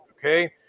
okay